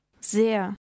Sehr